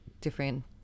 different